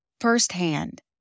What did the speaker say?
firsthand